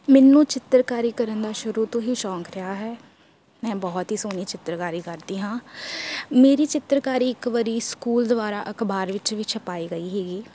ਮੈਨੂੰ ਚਿੱਤਰਕਾਰੀ ਕਰਨ ਦਾ ਸ਼ੁਰੂ ਤੋਂ ਹੀ ਸ਼ੌਂਕ ਰਿਹਾ ਹੈ ਮੈਂ ਬਹੁਤ ਹੀ ਸੋਹਣੀ ਚਿੱਤਰਕਾਰੀ ਕਰਦੀ ਹਾਂ ਮੇਰੀ ਚਿੱਤਰਕਾਰੀ ਇੱਕ ਵਾਰ ਸਕੂਲ ਦੁਆਰਾ ਅਖ਼ਬਾਰ ਵਿੱਚ ਵੀ ਛਪਾਈ ਗਈ ਸੀਗੀ